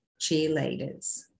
cheerleaders